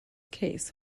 case